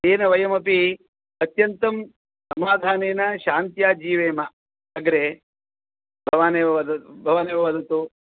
येन वयमपि अत्यन्तं समाधानेन शान्त्या जीवेम अग्रे भवानेव वद् भवानेव वदतु